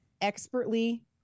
expertly